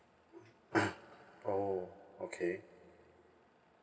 oh okay